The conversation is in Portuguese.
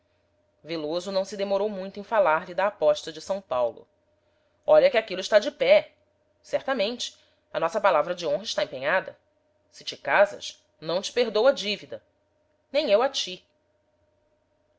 veloso não se demorou muito em falar-lhe da aposta de são paulo olha que aquilo está de pé certamente a nossa palavra de honra está empenhada se te casas não te perdôo a dívida nem eu a ti